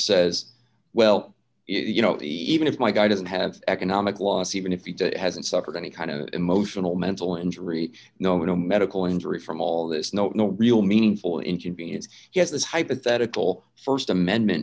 says well you know even if my guy doesn't have economic loss even if he did it hasn't suffered any kind of emotional mental injury no medical injury from all this no no real meaningful inconvenience he has this hypothetical st amendment